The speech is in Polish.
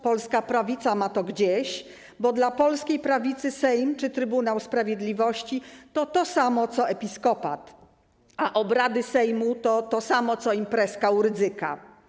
Polska prawica ma to gdzieś, bo dla polskiej prawicy Sejm czy trybunał sprawiedliwości to to samo co episkopat, a obrady Sejmu to to samo co imprezka u Rydzyka.